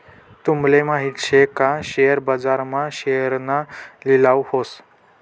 तूमले माहित शे का शेअर बाजार मा शेअरना लिलाव व्हस